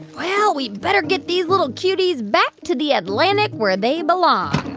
well, we better get these little cuties back to the atlantic where they belong.